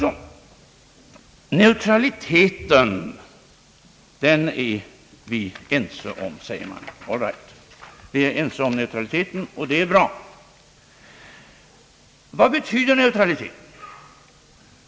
Det sägs alltså att vi är ense om neutraliteten. All right, vi är ense om den, och det är bra. Vad betyder neutraliteten?